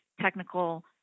technical